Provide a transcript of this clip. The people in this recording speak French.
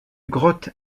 grotte